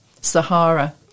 Sahara